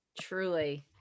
Truly